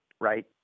right